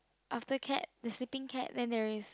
after cat the sleeping cat then there is